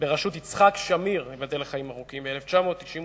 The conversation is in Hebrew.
בראשות יצחק שמיר, ייבדל לחיים ארוכים, ב-1992.